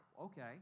Okay